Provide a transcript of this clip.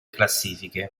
classifiche